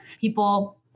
people